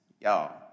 Y'all